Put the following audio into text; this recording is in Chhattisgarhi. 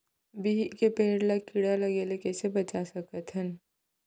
बिही के पेड़ ला कीड़ा लगे ले कइसे बचा सकथन?